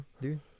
dude